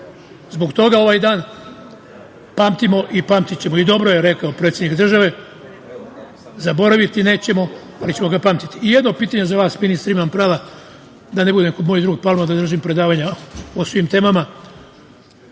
Zbog toga ovaj dan pamtimo i pamtićemo, i dobro je rekao predsednik države, zaboraviti nećemo, ali ćemo ga pamtiti. Jedno pitanje za vas ministre, imam prava da ne budem kao moj drug Palma da ne držim predavanja o svim temama,